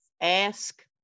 Ask